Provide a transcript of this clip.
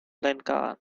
lincoln